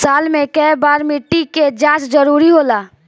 साल में केय बार मिट्टी के जाँच जरूरी होला?